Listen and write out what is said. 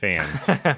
fans